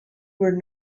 were